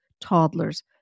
TODDLERS